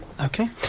Okay